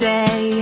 Day